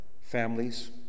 families